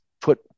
put